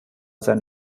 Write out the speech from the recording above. sein